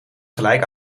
gelijk